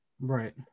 Right